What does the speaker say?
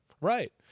Right